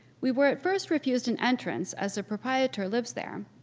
we were at first refused an entrance as the proprietor lives there.